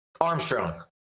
Armstrong